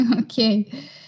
Okay